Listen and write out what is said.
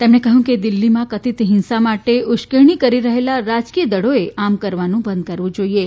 તેમણે કહ્યું કે દિલ્હીમાં કથિત હિંસા માટે ઉશ્કેરણી કરી રહેલા રાજકીય દળોએ આમ કરવાનું બંધ કરવું જોઇએ